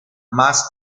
más